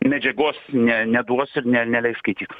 medžiagos ne neduos ir ne neleis skaityt